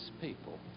people